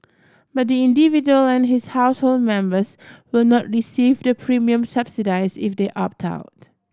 but the individual and his household members will not receive the premium subsidies if they opt out